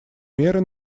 меры